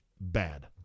Bad